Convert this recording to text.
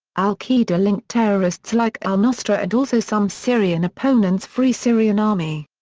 al qaeda linked terrorists like al nostra and also some syrian opponents free syrian army.